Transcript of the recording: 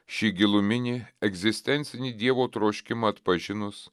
šį giluminį egzistencinį dievo troškimą atpažinus